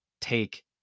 take